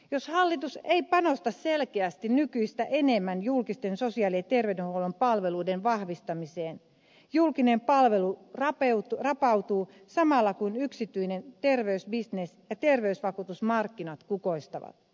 jos hallitus ei panosta selkeästi nykyistä enemmän julkisten sosiaali ja terveydenhuollon palveluiden vahvistamiseen julkinen palvelu rapautuu samalla kuin yksityinen terveysbisnes ja terveysvakuutusmarkkinat kukoistavat